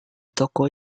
toko